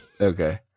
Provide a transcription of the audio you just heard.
Okay